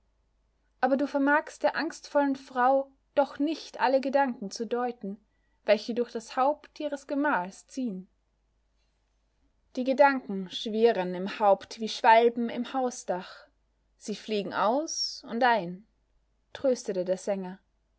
aber du vermagst der angstvollen frau doch nicht alle gedanken zu deuten welche durch das haupt ihres gemahls ziehen die gedanken schwirren im haupt wie schwalben im hausdach sie fliegen aus und ein tröstete der sänger